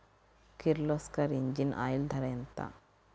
Kirloskar engine oil ధర ఎంత?